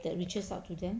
that reaches out to them